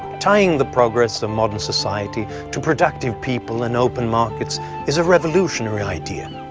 tying the progress of modern society to productive people and open markets is a revolutionary idea,